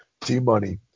T-Money